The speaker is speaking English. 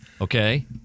Okay